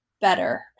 better